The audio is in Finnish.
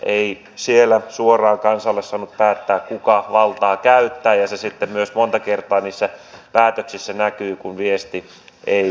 ei siellä suoraan kansa ole saanut päättää kuka valtaa käyttää ja se sitten myös monta kertaa niissä päätöksissä näkyy kun viesti ei kulje